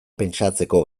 pentsatzeko